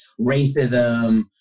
racism